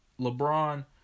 LeBron